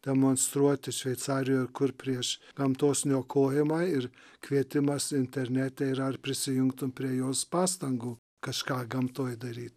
demonstruoti šveicarijoje kur prieš gamtos niokojimą ir kvietimas internete ir ar prisijungtum prie jos pastangų kažką gamtoj daryt